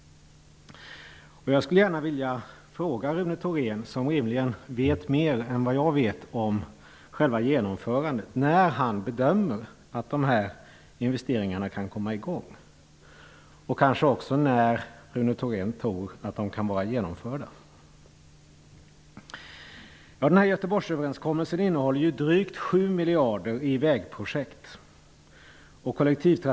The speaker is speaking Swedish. Jag skulle gärna vilja fråga Rune Thorén, som rimligen vet mer än jag om själva genomförandet, när han bedömer att dessa investeringar kan komma i gång, och kanske också när Rune Thorén tror att de kan vara genomförda. Den här Göteborgsöverenskommelsen innehåller drygt 7 miljarder i vägprojekt. miljarder.